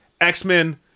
X-Men